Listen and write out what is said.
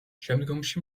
შემდგომში